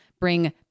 bring